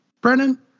Brennan